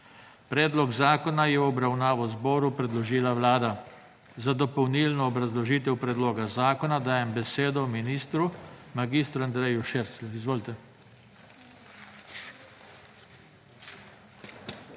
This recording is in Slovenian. Predlog zakona je v obravnavo zboru predložila Vlada. Za dopolnilno obrazložitev predloga zakona, dajem besedo ministru, mag. Andreju Širclju. Izvolite.